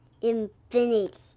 infinity